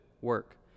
work